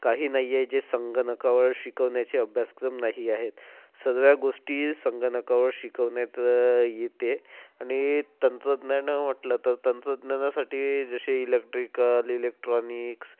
काही नाही आहे जे संगणकावर शिकवण्याचे अभ्यासक्रम नाही आहेत सर्व गोष्टी संगणकावर शिकवण्यात येते आणि तंत्रज्ञान म्हटलं तर तंत्रज्ञानासाठी जसे इलेक्ट्रिकल इलेक्ट्रॉनिक्स